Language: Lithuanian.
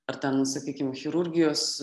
ar ten sakykim chirurgijos